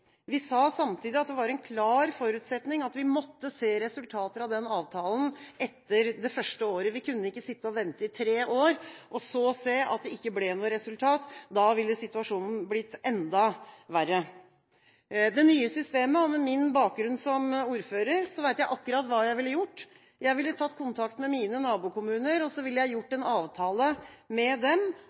Vi sa samtidig at det var en klar forutsetning at vi måtte se resultater av avtalen etter det første året. Vi kunne ikke sitte og vente i tre år, og så se at det ikke ble noe resultat – da ville situasjonen blitt enda verre. Med det nye systemet, og med min bakgrunn som ordfører, vet jeg akkurat hva jeg ville gjort. Jeg ville tatt kontakt med mine nabokommuner og gjort en avtale med dem